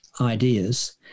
ideas